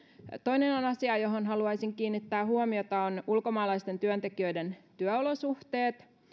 toinen asia johon haluaisin kiinnittää huomiota ovat ulkomaalaisten työntekijöiden työolosuhteet